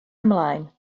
ymlaen